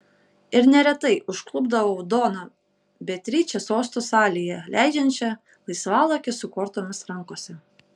ir neretai užklupdavau doną beatričę sosto salėje leidžiančią laisvalaikį su kortomis rankose